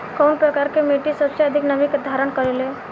कउन प्रकार के मिट्टी सबसे अधिक नमी धारण करे ले?